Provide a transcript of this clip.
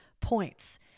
points